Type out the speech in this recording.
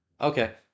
okay